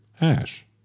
Ash